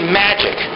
magic